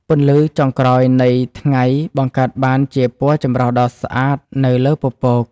ពន្លឺចុងក្រោយនៃថ្ងៃ បង្កើតបានជាពណ៌ចម្រុះដ៏ស្អាតនៅលើពពក។